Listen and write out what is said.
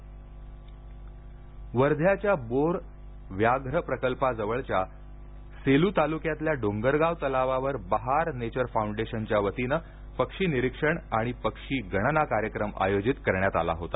डोंगरगाव पक्षी वर्ध्याच्या बोर व्याघ्र प्रकल्पाजवळच्या सेलू तालुक्यातल्या डोंगरगाव तलावावर बहार नेचर फाऊंडेशनच्या वतीनं पक्षीनिरीक्षण आणि पक्षीगणना कार्यक्रम आयोजित करण्यात आला होता